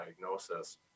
diagnosis